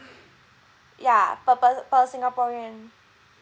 ya per per per singaporean